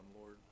Lord